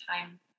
time